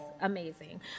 amazing